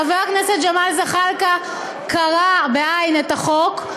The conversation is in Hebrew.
חבר הכנסת ג'מאל זחאלקה קרע, בעי"ן, את החוק.